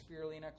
spirulina